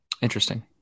Interesting